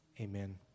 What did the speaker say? amen